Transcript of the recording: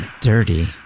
dirty